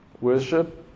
Worship